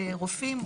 רופאים,